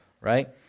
right